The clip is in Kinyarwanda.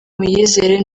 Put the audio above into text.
muyizere